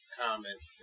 comments